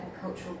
cultural